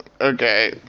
Okay